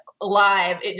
live